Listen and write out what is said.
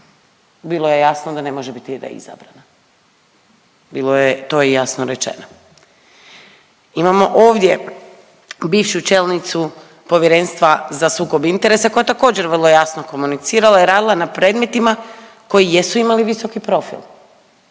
Bilo je jasno da ne može biti reizabrana. Bilo je to i jasno rečeno. Imamo ovdje bivšu čelnicu Povjerenstva za sukob interesa koja je također vrlo jasno komunicirala i radila na predmetima koji jesu imali visoki profil,